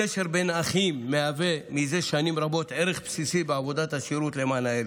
הקשר בין אחים מהווה זה שנים רבות ערך בסיסי בעבודת השירות למען הילד,